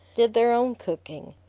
did their own cooking,